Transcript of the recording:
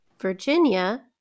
Virginia